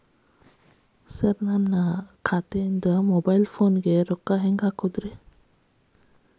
Sir ನನ್ನ ಅಕೌಂಟದಿಂದ mobile ಫೋನಿಗೆ ರೊಕ್ಕ ಹಾಕೋದು ಹೆಂಗ್ರಿ?